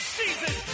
season